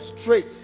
straight